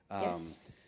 Yes